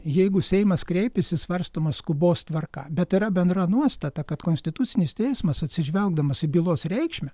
jeigu seimas kreipėsi svarstoma skubos tvarka bet yra bendra nuostata kad konstitucinis teismas atsižvelgdamas į bylos reikšmę